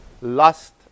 lust